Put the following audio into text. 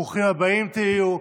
ברוכים הבאים תהיו.